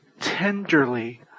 Tenderly